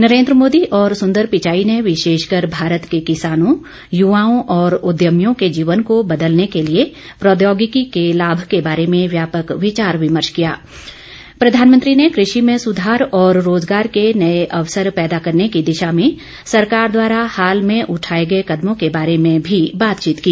नरेंद्र मोदी और सुंदर पिचाई ने विशेषकर भारत के किसानों यूवाओं और उद्यमियों के जीवन को बदलने के लिए प्रौद्योगिकी र्के लाभ के बारे में व्यापक विचार विमर्श किया ँ प्रधानमंत्री ने कृषि में सुधार और रोजगार के नए अवसर पैदा करने की दिशा में सरकार द्वारा हाल में उठाए गए कदमों के बारे में भी बातचीत की